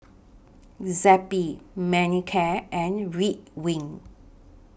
Zappy Manicare and Ridwind